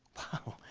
wow.